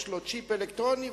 יש לו צ'יפ אלקטרוני,